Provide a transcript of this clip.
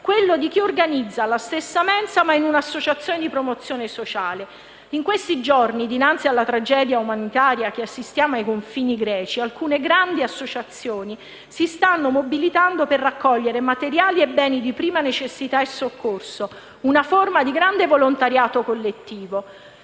quello di chi organizza la stessa mensa ma in un'associazione di promozione sociale. In questi giorni, dinanzi alla tragedia umanitaria che assistiamo ai confini greci, alcune grandi associazioni si stanno mobilitando per raccogliere materiali e beni di prima necessità e soccorso, una forma di grande volontariato collettivo.